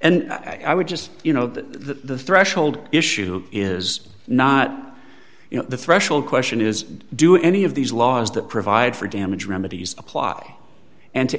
and i would just you know the threshold issue is not you know the threshold question is do any of these laws that provide for damage remedies apply and to